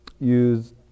use